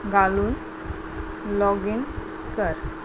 घालून लॉगीन कर